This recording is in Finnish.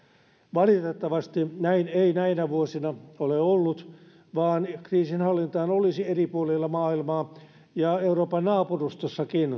valitettavasti näin ei näinä vuosina ole ollut vaan kriisinhallintaan olisi eri puolilla maailmaa ja euroopan naapurustossakin